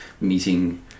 meeting